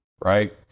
right